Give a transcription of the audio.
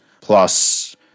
plus